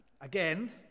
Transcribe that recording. again